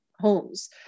homes